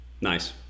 Nice